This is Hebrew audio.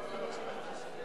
למה לכם להתריס?